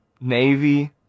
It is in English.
Navy